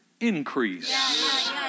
increase